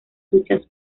duchas